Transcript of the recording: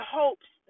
hopes